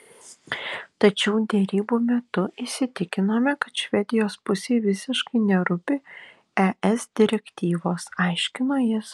tačiau derybų metu įsitikinome kad švedijos pusei visiškai nerūpi es direktyvos aiškino jis